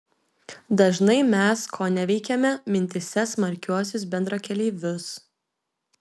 dažnai mes koneveikiame mintyse smarkiuosius bendrakeleivius